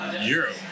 Europe